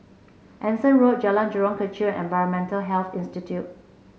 Anson Road Jalan Jurong Kechil and Environmental Health Institute